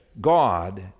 God